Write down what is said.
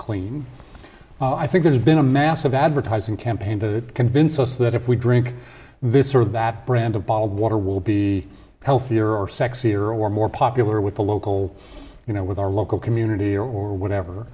clean i think there's been a massive advertising campaign to convince us that if we drink this or that brand of bottled water will be healthier or sexier or more popular with the local you know with our local community or